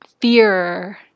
fear